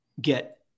get